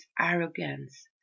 arrogance